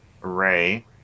Ray